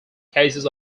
cases